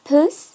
Puss